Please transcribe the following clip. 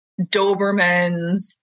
Dobermans